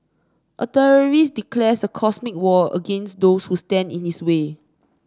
a terrorist declares a cosmic war against those who stand in his way